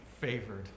favored